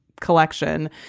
collection